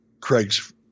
Craig's